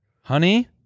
Honey